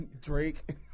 Drake